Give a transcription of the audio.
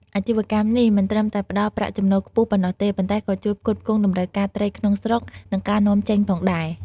អាជីវកម្មនេះមិនត្រឹមតែផ្តល់ប្រាក់ចំណូលខ្ពស់ប៉ុណ្ណោះទេ ប៉ុន្តែក៏ជួយផ្គត់ផ្គង់តម្រូវការត្រីក្នុងស្រុក និងការនាំចេញផងដែរ។